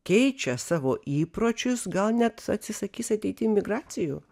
keičia savo įpročius gal net atsisakys ateity migracijų